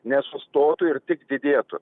nesustotų ir tik didėtų